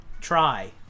Try